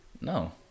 No